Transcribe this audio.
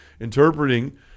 interpreting